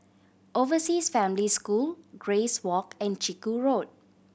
Overseas Family School Grace Walk and Chiku Road